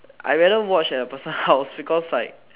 I rather watch at a person's house because like